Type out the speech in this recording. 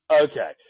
Okay